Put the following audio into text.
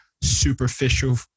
superficial